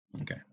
Okay